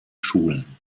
schulen